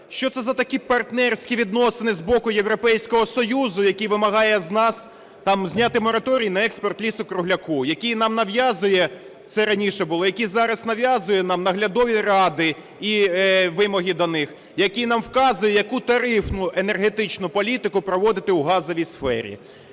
Що це за такі партнерські відносини з боку Європейського Союзу, який вимагає з нас там зняти мораторій на експорт лісу-кругляку, який нам нав'язує, це раніше було, який зараз нав'язує нам наглядові ради і вимоги до них, який нам вказує, яку тарифну енергетичну політику проводити у газовій сфері?